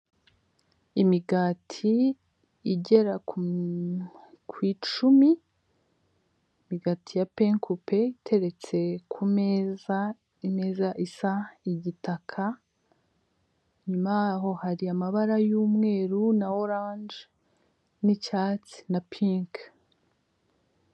Imigani igera ku icumi ,imigati ya penkupe iteretse ku meza , imeza asa igitaka inyuma yaho hari amabara y'umweru na orange n'icyatsi na pink.